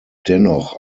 dennoch